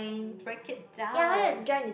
break it down